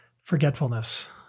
forgetfulness